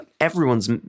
everyone's